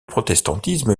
protestantisme